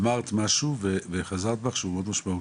אמרת משהו וחזרת בך, שהוא מאוד משמעותי.